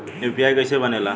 UPI कईसे बनेला?